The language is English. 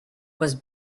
was